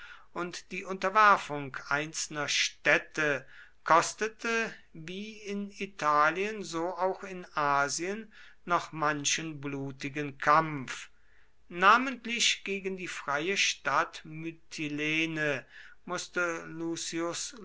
und die unterwerfung einzelner städte kostete wie in italien so auch in asien noch manchen blutigen kampf namentlich gegen die freie stadt mytilene mußte